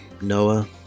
Noah